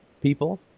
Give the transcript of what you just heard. people